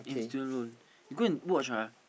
in student loan you go and watch ah